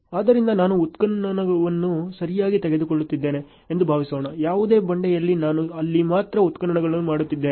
ಆದ್ದರಿಂದ ನಾನು ಉತ್ಖನನವನ್ನು ಸರಿಯಾಗಿ ತೆಗೆದುಕೊಳ್ಳುತ್ತಿದ್ದೇನೆ ಎಂದು ಭಾವಿಸೋಣ ಯಾವುದೇ ಬಂಡೆಯಿಲ್ಲ ನಾನು ಅಲ್ಲಿ ಮಾತ್ರ ಉತ್ಖನನ ಮಾಡುತ್ತಿದ್ದೇನೆ